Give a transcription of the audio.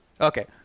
okay